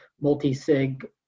multi-sig